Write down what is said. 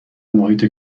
محیط